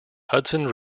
hudson